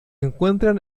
encuentran